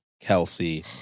Kelsey